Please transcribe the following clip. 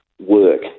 work